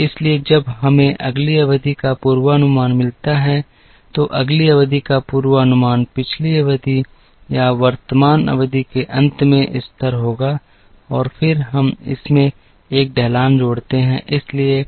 इसलिए जब हमें अगली अवधि का पूर्वानुमान मिलता है तो अगली अवधि का पूर्वानुमान पिछली अवधि या वर्तमान अवधि के अंत में स्तर होगा और फिर हम इसमें एक ढलान जोड़ते हैं इसलिए